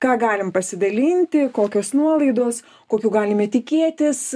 ką galim pasidalinti kokios nuolaidos kokių galime tikėtis